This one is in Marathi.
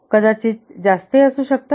कदाचित जास्तही असू शकतात